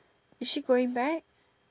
is she going back